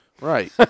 Right